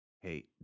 Hey